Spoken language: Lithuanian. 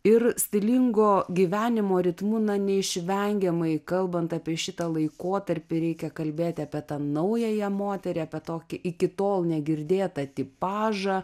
ir stilingo gyvenimo ritmu na neišvengiamai kalbant apie šitą laikotarpį reikia kalbėti apie tą naująją moterį apie tokį iki tol negirdėtą tipažą